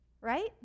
right